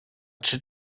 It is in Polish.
czy